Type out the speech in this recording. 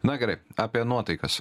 na gerai apie nuotaikas